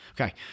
Okay